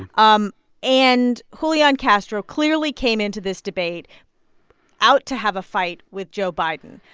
um and julian castro clearly came into this debate out to have a fight with joe biden.